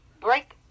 break